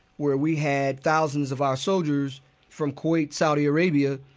where we had thousands of our soldiers from kuwait, saudi arabia,